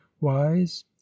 wise